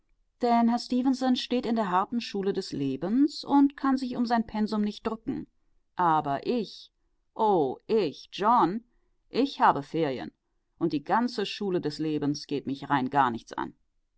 stefenson steht in der harten schule des lebens und kann sich um sein pensum nicht drücken aber ich o ich john ich habe ferien und die ganze schule des lebens geht mich rein gar nichts an